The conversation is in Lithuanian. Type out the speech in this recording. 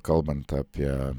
kalbant apie